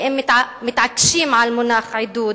ואם מתעקשים על המונח "עידוד"